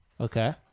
Okay